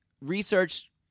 research